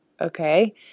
okay